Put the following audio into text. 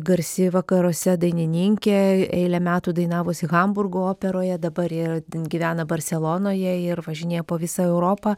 garsi vakaruose dainininkė eilę metų dainavusi hamburgo operoje dabar gyvena barselonoje ir važinėja po visą europą